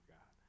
God